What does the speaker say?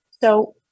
So-